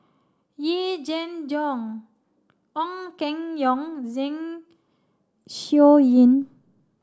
Yee Jenn Jong Ong Keng Yong Zeng Shouyin